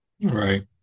right